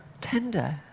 tender